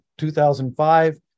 2005